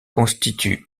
constitue